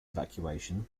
evacuation